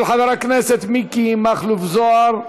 של חבר הכנסת מיקי מכלוף זוהר,